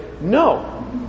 No